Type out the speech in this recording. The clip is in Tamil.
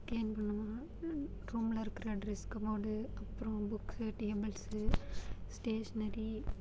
கிளீன் பண்ணுவோம் ரூம்ல இருக்கிற டிரெஸ் கபோர்டு அப்புறம் புக்ஸு டேபுள்ஸு ஸ்டேஷ்னரி